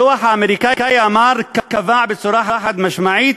הדוח האמריקני קבע בצורה חד-משמעית,